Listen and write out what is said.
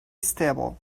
stable